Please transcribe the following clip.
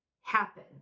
happen